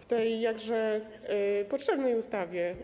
W tej jakże potrzebnej ustawie